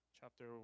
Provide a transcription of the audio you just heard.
chapter